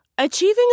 Achieving